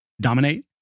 Dominate